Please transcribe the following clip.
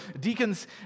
deacons